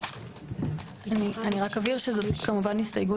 או --- אני רק אבהיר שזו כמובן הסתייגות